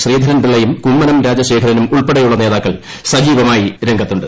ശ്രീധരൻ പീള്ളയും കുമ്മനം രാജശേഖരനും ഉൾപ്പെടെയുള്ള നേതാക്കൾ ്ൻജീവമായി രംഗത്തുണ്ട്